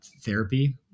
therapy